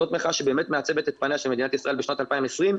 מחאה שבאמת מעצבת את פניה של מדינת ישראל בשנת 2020,